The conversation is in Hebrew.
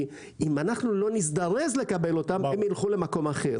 כי אם אנחנו לא נזדרז לקבל אותם הם יילכו למקום אחר.